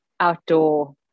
outdoor